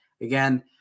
Again